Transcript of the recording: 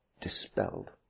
dispelled